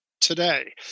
today